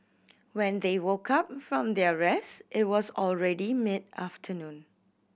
when they woke up from their rest it was already mid afternoon